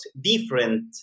different